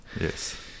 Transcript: yes